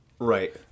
right